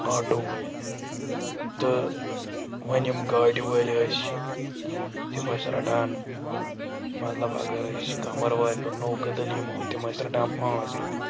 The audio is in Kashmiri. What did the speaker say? آٹوٗ وٲلۍ تہٕ وۄنۍ یِم گاڑِ وٲلۍ ٲسۍ تِم ٲسۍ رَٹان مطلب اگر أسۍ کَمَر وارِ پٮ۪ٹھ نو کٔدٕل یِمہو تِم ٲسۍ رَٹان پانٛژھ رۄپیہِ